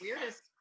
weirdest